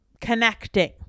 connecting